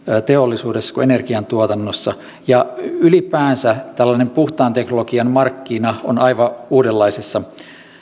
teollisuudessa kuin energiantuotannossakin ja ylipäänsä tällainen puhtaan teknologian markkina on aivan uudenlaisien